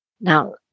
Now